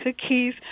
cookies